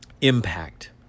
impact